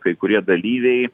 kai kurie dalyviai